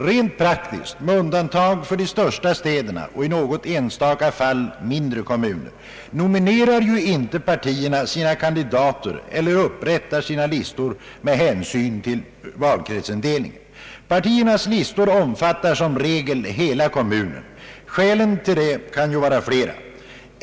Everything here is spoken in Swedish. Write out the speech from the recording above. Rent praktiskt, med undantag för de största städerna och i något enstaka fall mindre kommuner, nominerar inte partierna sina kandidater eller upprättar sina listor med hänsyn till valkretsindelningen. Partiernas listor omfattar som regel hela kommunen. Skälen till detta kan vara flera.